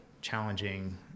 challenging